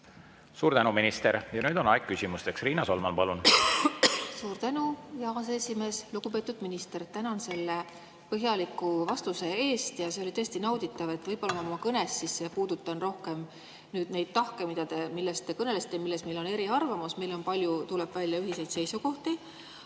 Suur tänu, minister! Nüüd on aeg küsimusteks. Riina Solman, palun! Suur tänu, hea aseesimees! Lugupeetud minister, tänan selle põhjaliku vastuse eest! See oli tõesti nauditav. Võib-olla ma oma kõnes puudutan rohkem neid tahke, millest te kõnelesite ja milles meil on eriarvamus. Meil on palju, tuleb välja, ühiseid seisukohti. Aga